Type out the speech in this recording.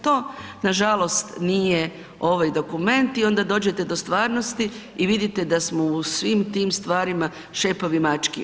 To nažalost nije ovaj dokument i onda dođete do stvarnosti i vidite da smo u svim tim stvarima šepavi mački.